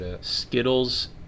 Skittles